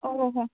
हो हो हो